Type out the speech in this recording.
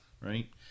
right